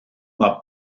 mae